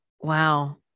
wow